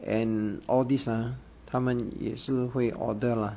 and all these ah 他们也是会 order lah